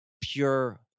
pure